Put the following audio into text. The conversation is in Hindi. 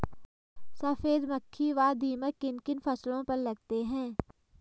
सफेद मक्खी व दीमक किन किन फसलों पर लगते हैं?